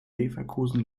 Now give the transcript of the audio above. leverkusen